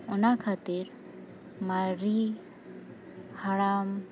ᱚᱱᱟ ᱠᱷᱟᱹᱛᱤᱨ ᱢᱟᱨᱮ ᱦᱟᱲᱟᱢ